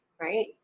right